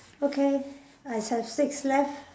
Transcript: okay I have six left